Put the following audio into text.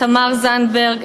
תמר זנדברג,